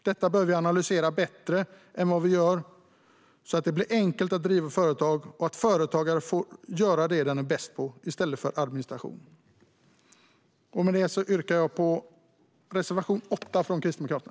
Detta bör vi analysera bättre så att det blir enkelt att driva företag och så att företagaren får göra det man är bäst på i stället för administration. Med det vill jag yrka bifall till reservation 8 från Kristdemokraterna.